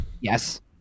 Yes